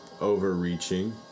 overreaching